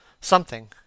Something